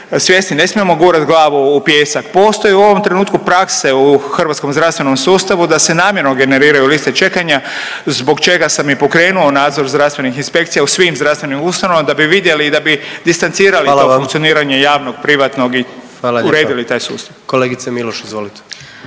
ne smijemo gurati glavu u pijesak. Postoji u ovom trenutku prakse u hrvatskog zdravstvenom sustavu da se namjerno generiraju liste čekanja, zbog čega sam i pokrenuo nadzor zdravstvenih inspekcija u svim zdravstvenim ustanovama da bi vidjeli i da bi distancirali to funkcioniranje javnog, privatnog i uredili taj sustav.